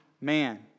man